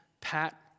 pat